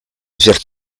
zegt